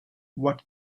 what